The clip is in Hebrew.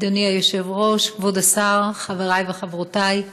אדוני היושב-ראש, כבוד השר, חברי וחברותי,